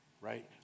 right